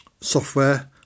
software